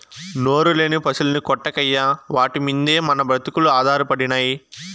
నోరులేని పశుల్ని కొట్టకయ్యా వాటి మిందే మన బ్రతుకులు ఆధారపడినై